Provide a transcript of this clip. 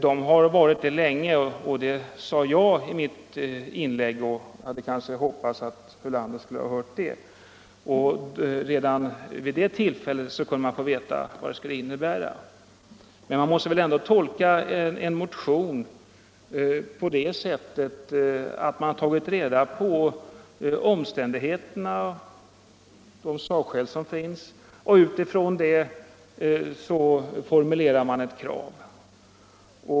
Det har de varit länge. Det sade jag redan i mitt inlägg. Jag hoppades att herr Ulander skulle höra det. Redan då motionen skrevs kunde man alltså få veta vad anvisningarna skulle innebära. Man måste väl ändå tolka en motion på det sättet att motionären har tagit reda på de sakskäl som finns och utifrån detta formulerat ett krav.